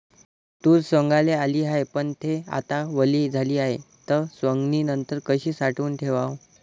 तूर सवंगाले आली हाये, पन थे आता वली झाली हाये, त सवंगनीनंतर कशी साठवून ठेवाव?